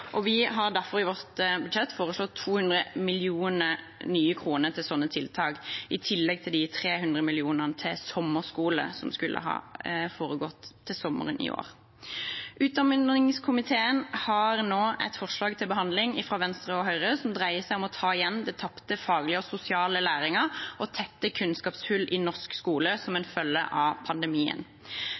Vi har derfor i vårt budsjett foreslått 200 millioner nye kroner til slike tiltak, i tillegg til de 300 mill. kr til sommerskole som skulle ha foregått til sommeren i år. Utdanningskomiteen har nå et forslag til behandling fra Venstre og Høyre som dreier seg om å ta igjen den tapte faglige og sosiale læringen og tette kunnskapshull i norsk skole som en følge av pandemien.